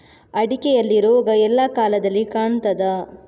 ಅಡಿಕೆಯಲ್ಲಿ ರೋಗ ಎಲ್ಲಾ ಕಾಲದಲ್ಲಿ ಕಾಣ್ತದ?